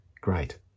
great